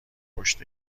پشت